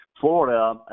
Florida